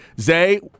Zay